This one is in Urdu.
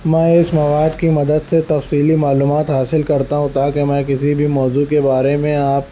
میں اس مواد کی مدد سے تفصیلی معلومات حاصل کرتا ہوں تاکہ میں کسی بھی موضوع کے بارے میں آپ